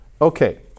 Okay